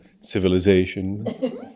civilization